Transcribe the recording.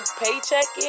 paycheck